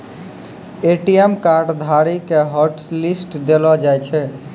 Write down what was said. ATM card धारी के hotlist देलो जाय छै